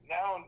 Now